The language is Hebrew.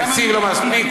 התקציב לא מספיק,